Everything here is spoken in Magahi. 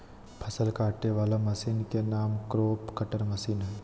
फसल काटे वला मशीन के नाम क्रॉप कटर मशीन हइ